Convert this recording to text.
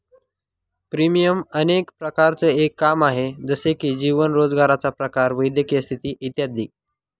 premium अनेक प्रकारांचं एक काम आहे, जसे की जीवन, रोजगाराचा प्रकार, वैद्यकीय स्थिती इत्यादी